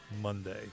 Monday